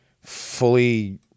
fully